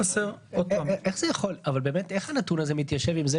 איך הנתון הזה מתיישב עם זה